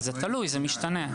תלוי, זה משתנה.